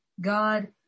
God